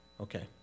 Okay